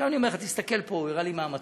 עכשיו אני אומר לך, תסתכל פה, הוא הראה לי מהמטוס,